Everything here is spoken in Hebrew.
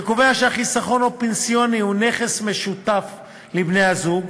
שקובע שהחיסכון הפנסיוני הוא נכס משותף לבני-הזוג,